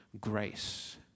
grace